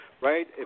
right